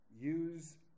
Use